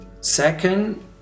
Second